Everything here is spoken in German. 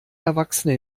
erwachsene